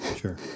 sure